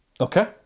Okay